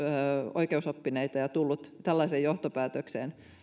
oikeusoppineita ja tullut tällaiseen johtopäätökseen